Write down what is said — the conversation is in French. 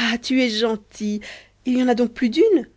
ah tu es gentil il y en a donc plus d'une